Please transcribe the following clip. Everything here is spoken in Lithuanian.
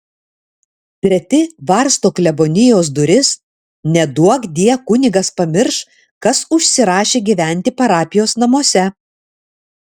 treti varsto klebonijos duris neduokdie kunigas pamirš kas užsirašė gyventi parapijos namuose